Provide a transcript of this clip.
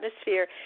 atmosphere